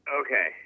Okay